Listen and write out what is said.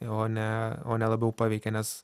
o ne o ne labiau paveikia nes